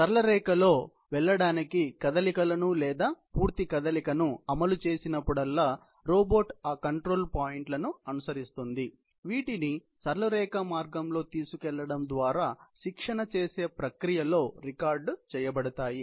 మీరు సరళ రేఖలో వెళ్ళడానికి కదలికను లేదా పూర్తి కదలికను అమలు చేసినప్పుడల్లా రోబోట్ ఆ కంట్రోల్ పాయింట్లను అనుసరిస్తుంది వీటిని సరళ రేఖ మార్గంలో తీసుకెళ్లడం ద్వారా శిక్షణ చేసే ప్రక్రియలో రికార్డ్ చేయబడతాయి